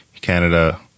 Canada